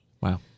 Wow